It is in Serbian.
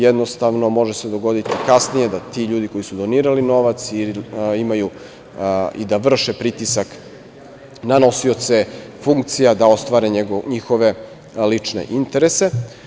Jednostavno, može se dogoditi kasnije da ti ljudi koji su donirali novac imaju i da vrše pritisak na nosioce funkcija da ostvare njihove lične interese.